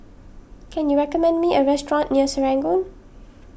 can you recommend me a restaurant near Serangoon